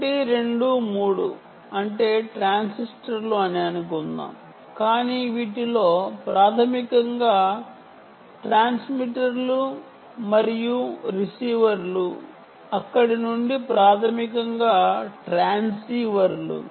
1 2 3 అంటే ట్రాన్స్మిటర్లు అని అనుకుందాం కాని వీటిలో ప్రాథమికంగా ట్రాన్స్మిటర్లు మరియు రిసీవర్లు ప్రాథమికంగా అవి ట్రాన్స్సీవర్లు